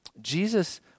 Jesus